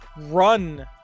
run